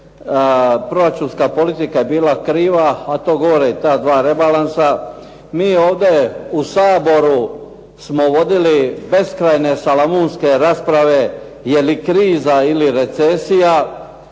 Proračunska politika je bila kriva, a to govore i ta dva rebalansa. Mi ovdje u Saboru smo vodili beskrajne salamunske rasprave je li kriza ili recesija.